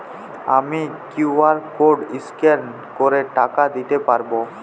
আমি QR code scan করে টাকা দিতে পারবো?